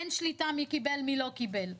אין שליטה מי קיבל מי לא קיבל.